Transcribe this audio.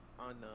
on